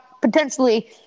potentially